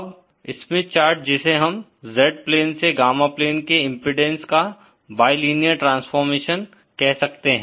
अब Smith chart जिसे हम Z प्लेन से गामा प्लेन के इम्पीडेन्स का बाईलीनियर ट्रांसफॉर्मेशन कह सकते हैं